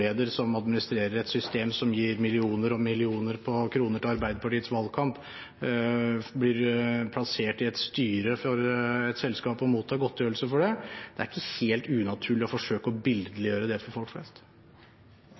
som administrerer et system som gir millioner på millioner av kroner til Arbeiderpartiets valgkamp, blir plassert i et styre for et selskap og mottar godtgjørelse for det. Det er ikke helt unaturlig å forsøke å billedliggjøre det for folk flest.